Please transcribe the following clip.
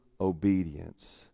obedience